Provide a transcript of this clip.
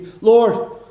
Lord